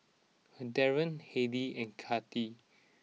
Darryn Heidy and Kathi